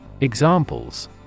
Examples